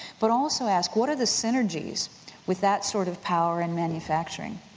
but also ask what are the synergies with that sort of power in manufacturing.